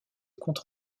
comptes